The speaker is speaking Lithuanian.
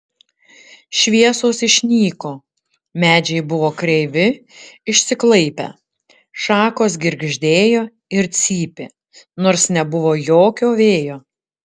šviesos išnyko medžiai buvo kreivi išsiklaipę šakos girgždėjo ir cypė nors nebuvo jokio vėjo